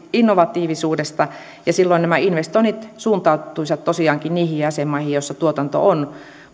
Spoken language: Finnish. innovatiivisuudesta ja silloin nämä investoinnit suuntautuisivat tosiaankin niihin jäsenmaihin joissa tuotanto on